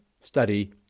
Study